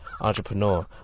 Entrepreneur